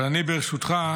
אבל אני, ברשותך,